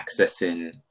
accessing